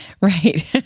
right